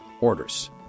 orders